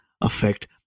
affect